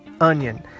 onion